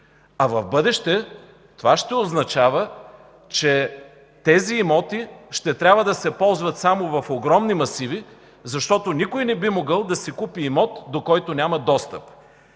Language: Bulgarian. а в бъдеще това ще означава, че тези имоти ще трябва да се ползват само в огромни масиви, защото никой не би могъл да си купи имот, до който няма достъп.